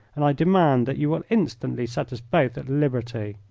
and i demand that you will instantly set us both at liberty.